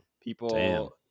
People